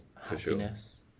happiness